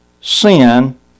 sin